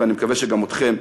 ואני מקווה שגם אתכם.